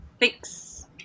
Thanks